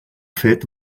fet